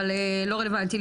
אבל לא רלוונטי.